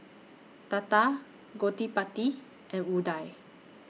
Tata Gottipati and Udai